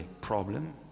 problem